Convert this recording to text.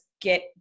get